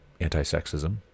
anti-sexism